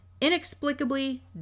inexplicably